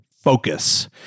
focus